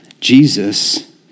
Jesus